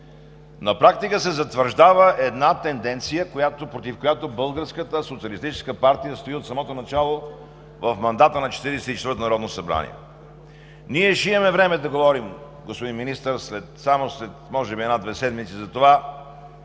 на практика се затвърждава една тенденция, против която Българската социалистическа партия стои от самото начало в мандата на Четиридесет и четвъртото народно събрание. Ние ще имаме време да говорим, господин Министър, може би само след една-две седмици за това